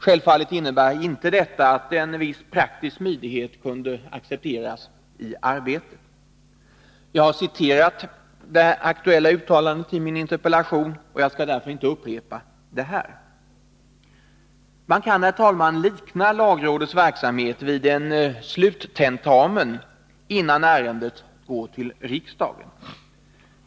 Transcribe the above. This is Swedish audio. Självfallet innebar inte detta att inte en viss praktisk smidighet kunde accepteras i arbetet. Jag har citerat det aktuella uttalandet i min interpellation, och jag skall därför inte upprepa det här. Man kan, herr talman, likna lagrådets verksamhet vid en sluttentamen innan ärendet går till riksdagen.